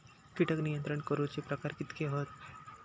कीटक नियंत्रण करूचे प्रकार कितके हत?